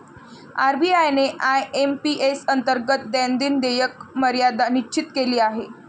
RBI ने IMPS अंतर्गत दैनंदिन देयक मर्यादा निश्चित केली आहे